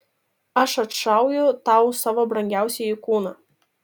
aš atnašauju tau savo brangiausiąjį kūną